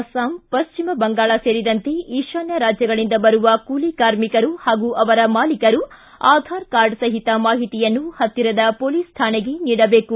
ಅಸ್ಲಾಂ ಪಶ್ಚಿಮ ಬಂಗಾಳ ಸೇರಿದಂತೆ ಈಶಾನ್ಯ ರಾಜ್ಯಗಳಿಂದ ಬರುವ ಕೂಲಿ ಕಾರ್ಮಿಕರು ಹಾಗೂ ಅವರ ಮಾಲಿಕರು ಆಧಾರ್ ಕಾರ್ಡ್ ಸಹಿತ ಮಾಹಿತಿಯನ್ನು ಪತ್ತಿರದ ಪೊಲೀಸ್ ಕಾಣೆಗೆ ನೀಡಬೇಕು